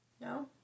No